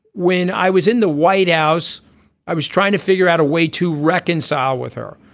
when i was in the white house i was trying to figure out a way to reconcile with her.